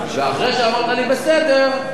ואחרי שאמרת לי בסדר,